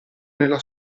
nella